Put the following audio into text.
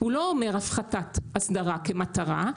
הוא לא אומר הפחתת אסדרה כמטרה,